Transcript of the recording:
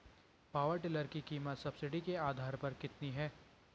Power tiller की कीमत subsidy के आधार पर कितनी है?